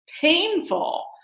painful